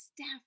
staff